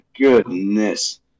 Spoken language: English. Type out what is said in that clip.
goodness